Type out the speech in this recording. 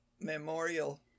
memorial